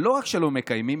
ולא רק שלא מקיימים,